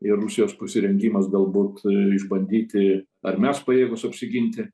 ir rusijos pasirengimas galbūt išbandyti ar mes pajėgūs apsiginti